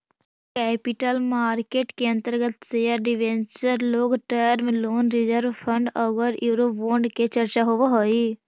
capital market के अंतर्गत share debenture long term loan reserve fund औउर यूरोबोंड के चर्चा होवऽ हई